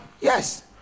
Yes